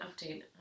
update